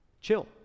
Chill